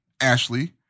Ashley